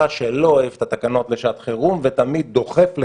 שלא אוהב את התקנות לשעת חירום ותמיד דוחף לחקיקה.